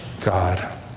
God